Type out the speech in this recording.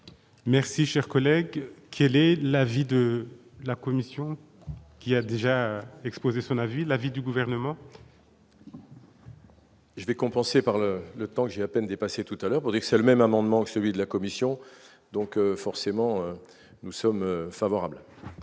Merci, cher collègue, quel est l'avis de la commission. Qui a déjà exposé son avis, l'avis du gouvernement. Je vais compenser par le le temps que j'ai à peine dépassé tout à l'heure pour Excel même amendement que celui de la Commission, donc forcément, nous sommes favorables.